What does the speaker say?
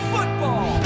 Football